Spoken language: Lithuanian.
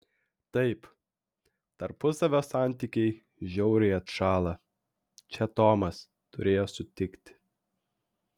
taip tarpusavio santykiai žiauriai atšąla čia tomas turėjo sutikti